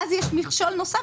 ואז יש מכשול חדש,